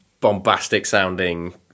bombastic-sounding